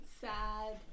Sad